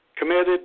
committed